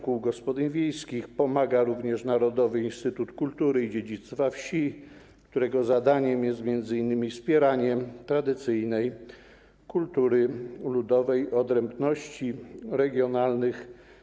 Kołom gospodyń wiejskich pomaga w działalności również Narodowy Instytut Kultury i Dziedzictwa Wsi, którego zadaniem jest m.in. wspieranie tradycyjnej kultury ludowej i odrębności regionalnych.